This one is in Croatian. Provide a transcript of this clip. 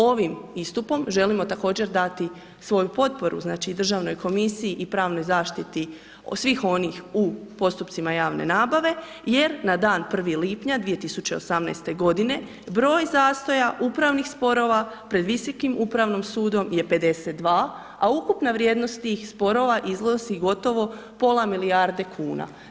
Ovim istupom želimo također dati svoju potporu znači i državnoj komisiji i pravnoj zaštiti svih onih u postupcima javne nabave jer na dan 1. lipnja 2018. godine, broj zastoja upravnih sporova pred Visokim upravom sudom je 52, a ukupna vrijednost tih sporova iznosi gotovo pola milijarde kuna.